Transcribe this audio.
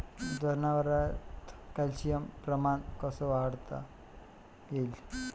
जनावरात कॅल्शियमचं प्रमान कस वाढवता येईन?